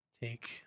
take